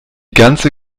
ganze